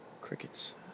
crickets